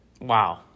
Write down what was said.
Wow